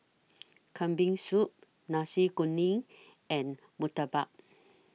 Kambing Soup Nasi Kuning and Murtabak